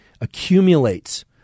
accumulates